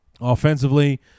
offensively